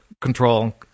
control